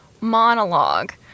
monologue